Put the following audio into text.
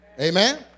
Amen